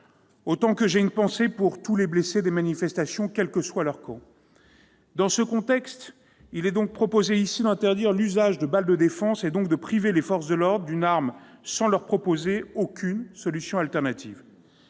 manière que j'ai une pensée pour tous les blessés des manifestations, indépendamment de leur camp. Dans ce contexte, il est donc proposé, ici, d'interdire l'usage des lanceurs de balles de défense, autrement dit de priver les forces de l'ordre d'une arme, sans leur proposer aucune solution alternative.